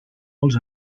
molts